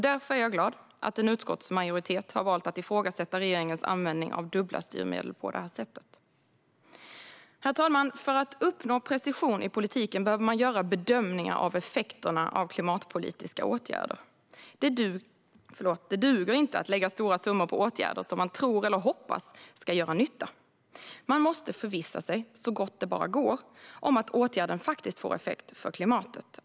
Därför är jag glad att en utskottsmajoritet har valt att ifrågasätta regeringens användning av dubbla styrmedel på det här sättet. Herr talman! För att uppnå precision i politiken behöver man göra bedömningar av effekterna av klimatpolitiska åtgärder. Det duger inte att lägga stora summor på åtgärder som man tror eller hoppas ska göra nytta. Man måste förvissa sig, så gott det bara går, om att åtgärden faktiskt får effekt för klimatet.